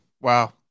Wow